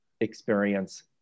experience